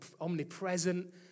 omnipresent